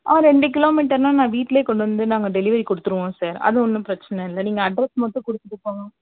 ஆ ரெண்டு கிலோமீட்டர்னால் நான் வீட்டில் கொண்டு வந்து நாங்க டெலிவரி கொடுத்துருவோம் சார் அது ஒன்றும் பிரச்சினை இல்லை நீங்கள் அட்ரெஸ் மட்டும் கொடுத்துட்டு போங்க